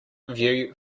view